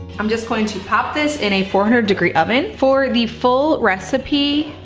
i'm just going to pop this in a four hundred degree oven. for the full recipe,